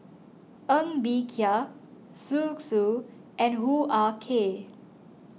Ng Bee Kia Zhu Xu and Hoo Ah Kay